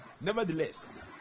nevertheless